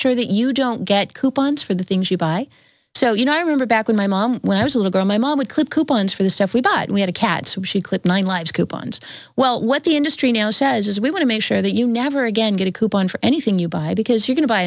sure that you don't get coupons for the things you buy so you know i remember back when my mom when i was a little girl my mom would clip coupons for the stuff we bought we had a cat so she clipped nine lives coupons well what the industry now says is we want to make sure that you never again get a coupon for anything you buy because you